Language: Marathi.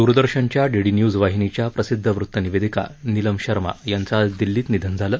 द्रदर्शनच्या डी डी न्यूज वाहिनीच्या प्रसिदध वृत्तनिवेदिका निलम शर्मा यांचं आज दिल्लीत निधन झालं